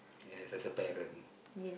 ya as as a parent